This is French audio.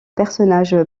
personnage